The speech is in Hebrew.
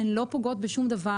הן לא פוגעות בשום דבר.